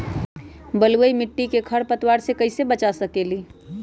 बलुई मिट्टी को खर पतवार से कैसे बच्चा सकते हैँ?